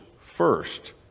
first